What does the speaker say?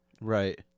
Right